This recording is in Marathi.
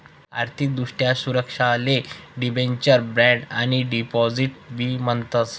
आर्थिक दृष्ट्या सुरक्षाले डिबेंचर, बॉण्ड आणि डिपॉझिट बी म्हणतस